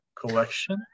collection